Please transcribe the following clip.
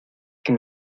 que